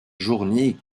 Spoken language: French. journée